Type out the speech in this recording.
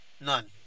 None